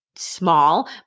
Small